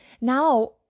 Now